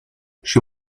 she